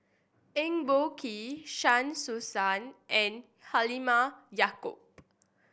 Eng Boh Kee Shah Hussain and Halimah Yacob